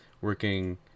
working